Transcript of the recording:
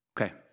Okay